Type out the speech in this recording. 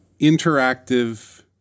interactive